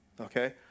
okay